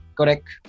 correct